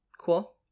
Cool